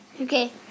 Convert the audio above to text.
Okay